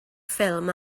ffilm